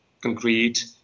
concrete